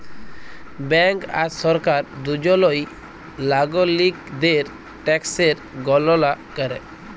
bank আর সরকার দুজলই লাগরিকদের ট্যাকসের গললা ক্যরে